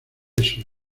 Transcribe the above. eso